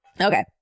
okay